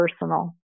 personal